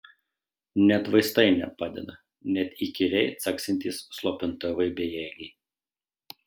net vaistai nepadeda net įkyriai caksintys slopintuvai bejėgiai